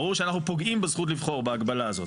ברור שאנחנו פוגעים בזכות לבחור בהגבלה הזאת.